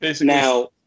now